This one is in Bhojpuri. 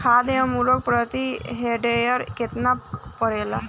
खाद व उर्वरक प्रति हेक्टेयर केतना परेला?